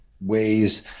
ways